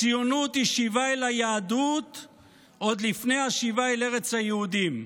הציונות היא שיבה אל היהדות עוד לפני השיבה אל ארץ היהודים.